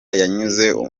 yanzuye